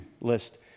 list